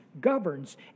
governs